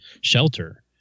shelter